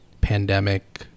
pandemic